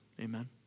Amen